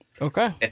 Okay